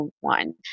one